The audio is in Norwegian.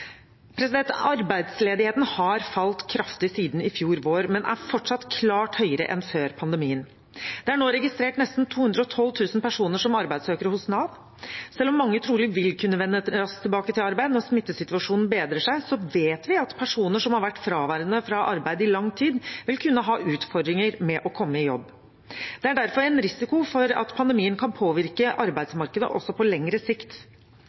Arbeidsledigheten har falt kraftig siden i fjor vår, men er fortsatt klart høyere enn før pandemien. Det er nå registrert nesten 212 000 personer som arbeidssøkere hos Nav. Selv om mange trolig vil kunne vende raskt tilbake arbeid når smittesituasjonen bedrer seg, vet vi at personer som har vært fraværende fra arbeid i lang tid, vil kunne ha utfordringer med å komme i jobb. Det er derfor en risiko for at pandemien kan påvirke arbeidsmarkedet også på lengre sikt.